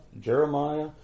Jeremiah